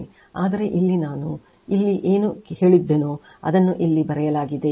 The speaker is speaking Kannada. ಆದರೆ ಇಲ್ಲಿ ನಾನು ಇಲ್ಲಿ ಏನು ಹೇಳಿದ್ದೇನೋ ಅದನ್ನು ಇಲ್ಲಿ ಬರೆಯಲಾಗಿದೆ